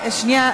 שנייה.